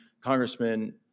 congressman